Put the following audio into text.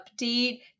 update